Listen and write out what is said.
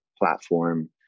platform